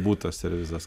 būt servizas